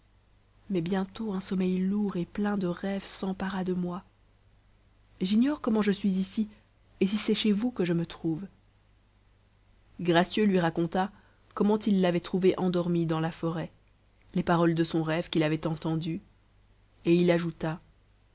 mais bientôt un sommeil lourd et plein de rêves s'empara de moi j'ignore comment je suis ici et si c'est chez vous que je me trouve gracieux lui raconta comment il l'avait trouvée endormie dans la forêt les paroles de son rêve qu'il avait entendues et il ajouta